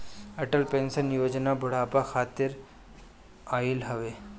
Atal pension योजना बुढ़ापा खातिर आईल हवे